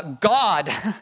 God